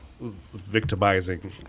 victimizing